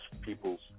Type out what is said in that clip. people's